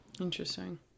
Interesting